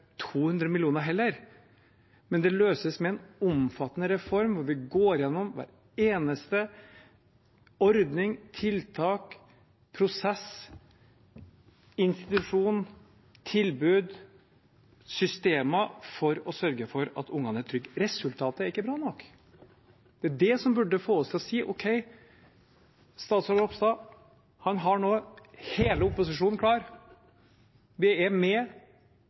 200 mill. kr heller. Men det løses med en omfattende reform hvor vi går gjennom hver eneste ordning, tiltak, prosess, institusjon, tilbud og system for å sørge for at ungene er trygge. Resultatet er ikke bra nok. Det er det som burde få oss til å si at ok, statsråd Ropstad har nå hele opposisjonen klar. Vi er med